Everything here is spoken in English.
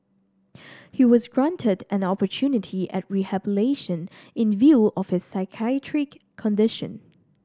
he was granted an opportunity at rehabilitation in view of his psychiatric condition